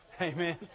Amen